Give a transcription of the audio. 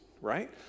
right